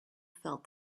felt